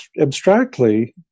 abstractly